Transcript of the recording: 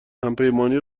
همپیمانی